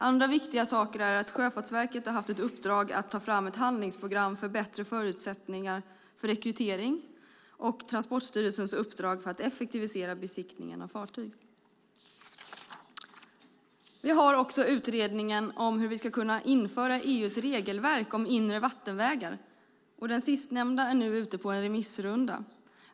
Andra viktiga saker är att Sjöfartsverket har haft i uppdrag att ta fram ett handlingsprogram för bättre förutsättningar för rekrytering, och Transportstyrelsen har haft i uppdrag att effektivisera besiktningen av fartyg. Vi har också utredningen om hur vi ska kunna införa EU:s regelverk om inre vattenvägar. Den utredningen är nu ute på en remissrunda.